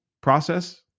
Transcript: process